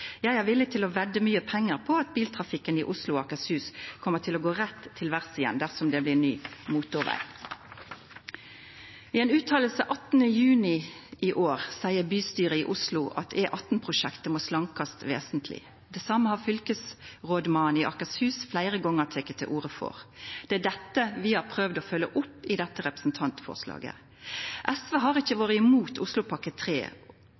villig til å vedde mye penger på at biltrafikken i Oslo og Akershus kommer til å gå rett til værs igjen dersom det blir ny motorvei.» I ei fråsegn 18. juni i år seier bystyret i Oslo at E18-prosjektet må slankast vesentleg. Det same har fylkesrådmannen i Akershus fleire gonger teke til orde for. Det er dette vi har prøvd å følgja opp i dette representantforslaget. SV har ikkje vore imot Oslopakke